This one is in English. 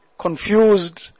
confused